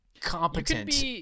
competent